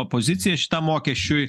opozicija šitam mokesčiui